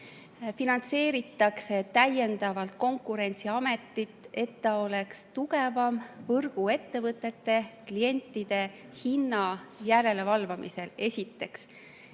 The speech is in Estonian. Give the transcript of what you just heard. finantseeritakse täiendavalt Konkurentsiametit, et ta oleks tugevam võrguettevõtete klientide hinna järelevalve tegemisel, esiteks.